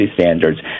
standards